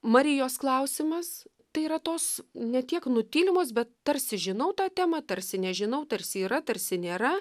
marijos klausimas tai yra tos ne tiek nutylimos bet tarsi žinau tą temą tarsi nežinau tarsi yra tarsi nėra